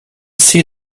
see